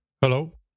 Hello